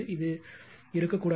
இது இருக்கக்கூடாது